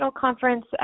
conference